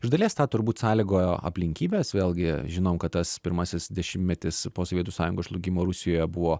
iš dalies tą turbūt sąlygojo aplinkybės vėlgi žinom kad tas pirmasis dešimtmetis po sovietų sąjungos žlugimo rusijoje buvo